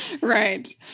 Right